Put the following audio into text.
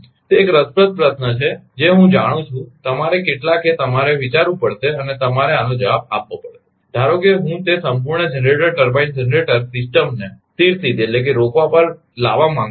તે એક રસપ્રદ પ્રશ્ન છે જે હું જાણું છું કે તમારે કેટલાકે તમારે વિચારવું પડશે અને તમારે આનો જવાબ આપવો પડશે કે ધારો કે હું તે સંપૂર્ણ જનરેટર ટર્બાઇન જનરેટર સિસ્ટમને સ્થિર સ્થિતીરોકવા પર લાવવા માંગું છું